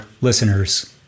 listeners